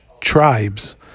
tribes